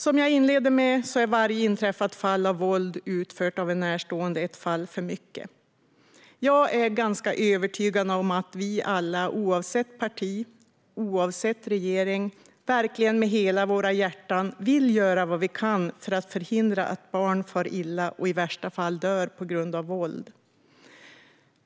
Som jag sa inledningsvis är varje inträffat fall av våld utfört av en närstående ett fall för mycket. Jag är ganska övertygad om att vi alla, oavsett parti och oavsett regering, verkligen med hela vårt hjärta vill göra vad vi kan för att förhindra att barn far illa och i värsta fall dör på grund av våld.